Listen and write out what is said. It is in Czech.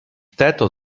této